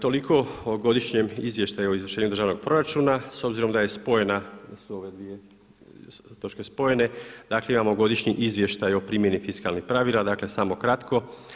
Toliko o godišnjem izvještaju o izvršenju državnog proračuna s obzirom da je spojena, da su ove dvije točke spojene dakle imamo godišnji izvještaj o primjeni fiskalnih pravila dakle samo kratko.